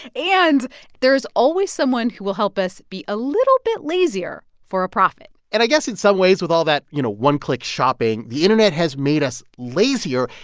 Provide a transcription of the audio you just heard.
and there is always someone who will help us be a little bit lazier for a profit and i guess in some ways with all that, you know, one-click shopping, the internet has made us lazier,